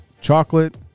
chocolate